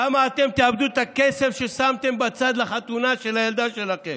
למה אתם תאבדו את הכסף ששמתם בצד לחתונה של הילדה שלכם.